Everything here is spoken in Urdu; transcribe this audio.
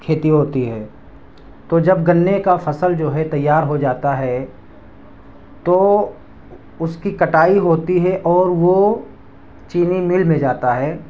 کھتی ہوتی ہے تو جب گنے کا فصل جو ہے تیار ہو جاتا ہے تو اس کی کٹائی ہوتی ہے اور وہ چینی مل میں جاتا ہے